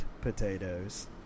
potatoes